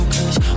Cause